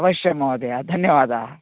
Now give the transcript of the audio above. अवश्यं महोदयः धन्यवादाः